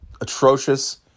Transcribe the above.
atrocious